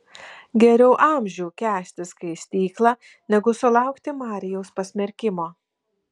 geriau amžių kęsti skaistyklą negu sulaukti marijaus pasmerkimo